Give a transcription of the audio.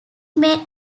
may